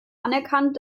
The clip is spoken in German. anerkannt